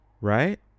Right